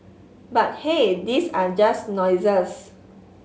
but hey these are just noises